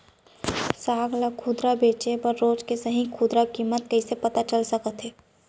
साग ला खुदरा बेचे बर रोज के सही खुदरा किम्मत कइसे पता चल सकत हे?